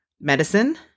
medicine